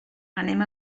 anem